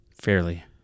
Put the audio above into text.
fairly